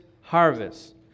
harvest